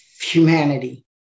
humanity